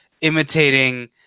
imitating